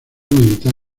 militar